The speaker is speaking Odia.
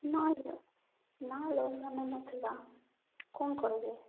ନାଇଲୋ ନାଁଲୋ ମନେ ନଥିଲା କ'ଣ କହିବି